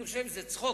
אני חושב שזה צחוק.